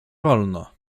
wolno